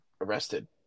arrested